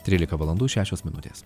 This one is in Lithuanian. trylika valandų šešios minutės